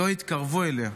לא יתקרבו אליה,